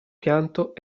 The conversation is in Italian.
pianto